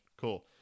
cool